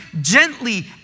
gently